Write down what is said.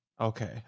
Okay